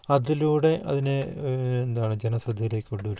അതിലൂടെ അതിനെ എന്താണ് ജനശ്രദ്ധയിലേക്ക് കൊണ്ടുവരിക